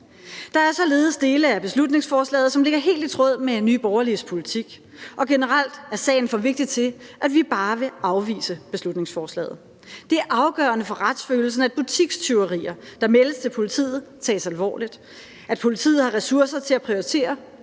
Der er således dele af beslutningsforslaget, som ligger helt i tråd med Nye Borgerliges politik, og generelt er sagen for vigtig til, at vi bare vil afvise beslutningsforslaget. Det er afgørende for retsfølelsen, at butikstyverier, der meldes til politiet, tages alvorligt; at politiet har ressourcer til at prioritere